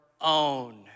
own